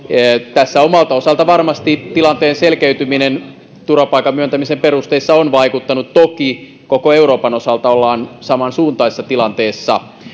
tässä omalta osaltaan varmasti tilanteen selkeytyminen turvapaikan myöntämisen perusteissa on vaikuttanut toki koko euroopan osalta ollaan samansuuntaisessa tilanteessa